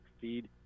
feed